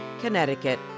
connecticut